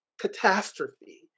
catastrophe